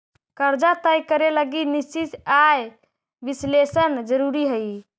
कर्जा तय करे लगी निश्चित आय विश्लेषण जरुरी हई